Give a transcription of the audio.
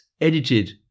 Edited